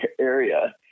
area